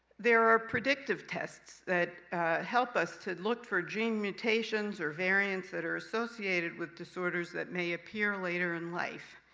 there are predictive tests that help us to look for gene mutations or variants that are associated with disorders, that may appear later in life.